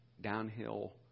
downhill